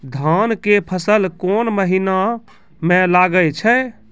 धान के फसल कोन महिना म लागे छै?